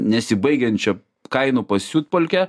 nesibaigiančia kainų pasiutpolke